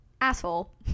asshole